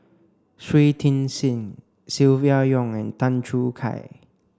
Shui Tit Sing Silvia Yong and Tan Choo Kai